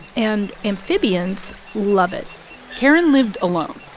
and amphibians love it karen lived alone,